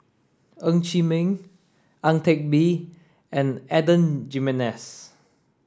Ng Chee Meng Ang Teck Bee and Adan Jimenez